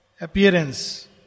Appearance